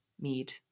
Mead